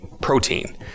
protein